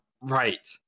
right